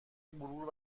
غرور